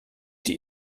die